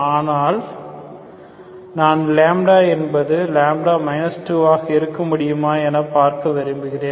ஆனால் நான் 0 என்பது 2 என இருக்க முடியுமா என பார்க்க விரும்புகிறேன்